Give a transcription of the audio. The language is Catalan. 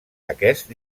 aquest